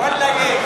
ואללה, יש.